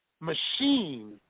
machine